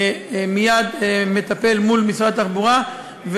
מייד מטפל מול משרד התחבורה,